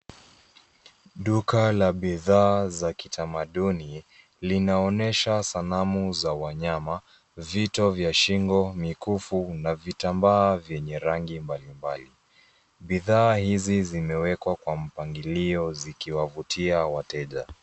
Duka la bidhaa za kitamaduni linaonyesha sanamu za wanyama, vito vya shingo, mikufu na vitambaa vyenye rangi mbalimbali. Bidhaa hizi zimewekwa kwa mpangilio zikiwavutia wateja.